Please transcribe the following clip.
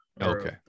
okay